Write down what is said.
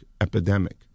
epidemic